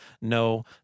no